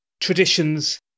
traditions